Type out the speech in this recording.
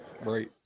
Right